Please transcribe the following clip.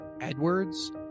Edwards